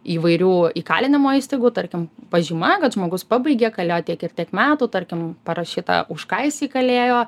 įvairių įkalinimo įstaigų tarkim pažyma kad žmogus pabaigė kalėjo tiek ir tiek metų tarkim parašyta už ką jisai kalėjo